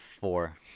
four